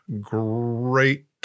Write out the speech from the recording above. great